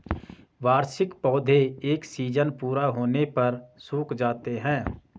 वार्षिक पौधे एक सीज़न पूरा होने पर सूख जाते हैं